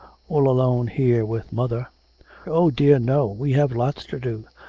all alone here with mother oh dear no! we have lots to do.